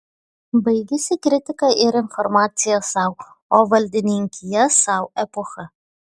baigėsi kritika ir informacija sau o valdininkija sau epocha